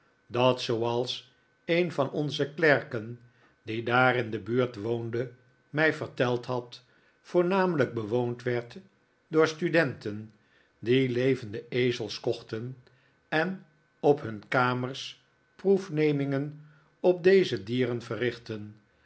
dat zooals een van onze klerken die daar in de buurt woonde mij verteld had voornamelijk bewoond werd door studenten die levende ezels kochten en op hun kamers proefnemingen op deze dieren verrichtten